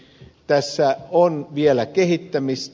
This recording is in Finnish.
tässä on vielä kehittämistä